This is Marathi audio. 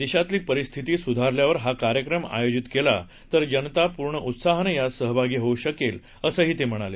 देशातली परिस्थिती सुधारल्यावर हा कार्यक्रम आयोजित केला तर जनता पूर्ण उत्साहानं यात सहभागी होऊ शकेल असंही ते म्हणाले